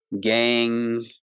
gang